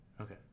Okay